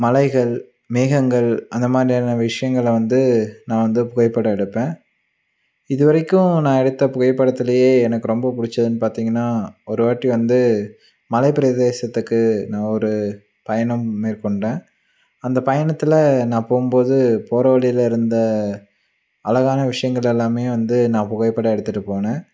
மலைகள் மேகங்கள் அந்த மாதிரியான விஷயங்களை வந்து நான் வந்து புகைப்படம் எடுப்பேன் இது வரைக்கும் நான் எடுத்த புகைப்படத்திலையே எனக்கு ரொம்ப பிடிச்சதுன்னு பார்த்திங்கன்னா ஒரு வாட்டி வந்து மலைப்பிரதேசத்துக்கு நான் ஒரு பயணம் மேற்கொண்டேன் அந்த பயணத்தில் நான் போகும்போது போகிற வழியிலிருந்த அழகான விஷயங்கள் எல்லாமே வந்து நான் புகைப்படம் எடுத்துகிட்டு போனேன்